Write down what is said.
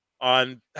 on